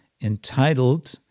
entitled